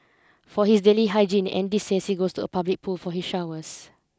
for his daily hygiene Andy says he goes to a public pool for his showers